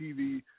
TV